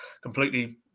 completely